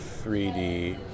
3D